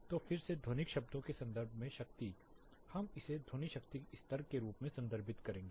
तो फिर से ध्वनिक शब्दों के संदर्भ में शक्ति हम इसे ध्वनि शक्ति स्तर के रूप में संदर्भित करेंगे